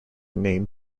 name